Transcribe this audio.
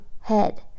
head